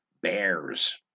bears